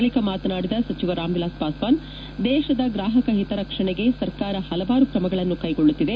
ಬಳಿಕ ಮಾತನಾಡಿದ ಸಚಿವ ರಾಮ್ ವಿಲಾಸ್ ಪಾಸ್ನಾನ್ ದೇಶದ ಗ್ರಾಹಕ ಹಿತರಕ್ಷಣೆಗೆ ಸರ್ಕಾರ ಪಲವಾರು ಕ್ರಮಗಳನ್ನು ಕೈಗೊಳ್ಳುತ್ತಿದೆ